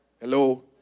Hello